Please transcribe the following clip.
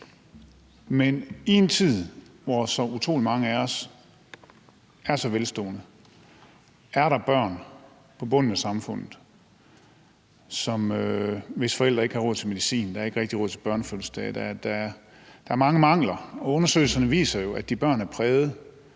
Men i en tid, hvor så utrolig mange af os er så velstående, er der børn på bunden af samfundet, hvis forældre ikke har råd til medicin. Der er ikke rigtig råd til børnefødselsdage, der er mange mangler, og undersøgelserne viser jo om de børn, at mange